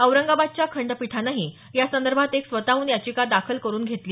औरंगाबादच्या खंडपीठानंही यासंदर्भात एक स्वतहून याचिका दाखल करुन घेतली